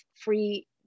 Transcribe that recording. free